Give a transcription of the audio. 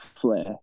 Flair